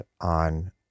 on